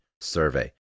survey